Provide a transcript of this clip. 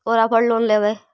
ओरापर लोन लेवै?